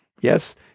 Yes